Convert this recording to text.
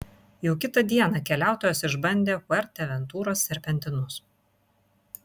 jau kitą dieną keliautojos išbandė fuerteventuros serpentinus